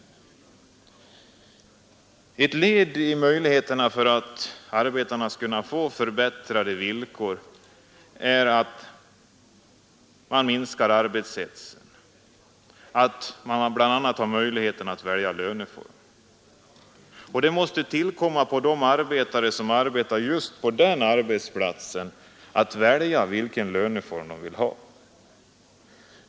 Ett led i arbetet på att ge arbetarna förbättrade villkor är att minska arbetshetsen. Arbetarna bör således få möjlighet att välja löneform. Det måste ankomma på arbetarna på en arbetsplats att välja vilken löneform de vill ha.